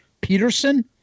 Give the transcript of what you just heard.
Peterson